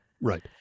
right